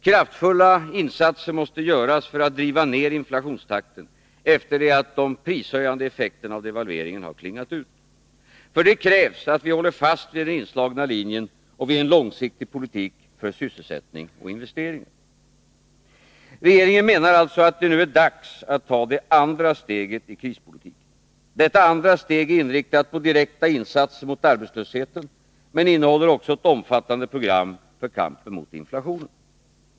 Kraftfulla insatser måste göras för att driva ned inflationstakten efter det att de prishöjande effekterna av devalveringen har klingat ut. För detta krävs att vi håller fast vid den inslagna linjen och vid en långsiktig politik för sysselsättning och investeringar. Regeringen menar alltså att det nu är dags att ta det andra steget i krispolitiken. Detta andra steg är inriktat på direkta insatser mot arbetslösheten, men innehåller också ett omfattande program för kampen mot inflationen.